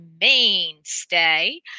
mainstay